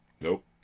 Nope